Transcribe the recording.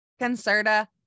concerta